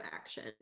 action